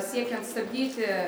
siekiant stabdyti